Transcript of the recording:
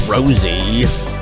Rosie